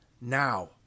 Now